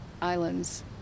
Islands